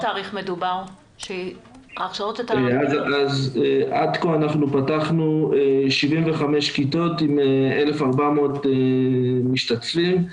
עד כה אנחנו פתחנו 75 כיתות עם 1,400 משתתפים.